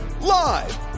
Live